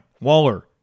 Waller